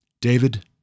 David